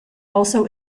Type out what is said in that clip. also